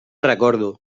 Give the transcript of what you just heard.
recordo